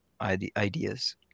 ideas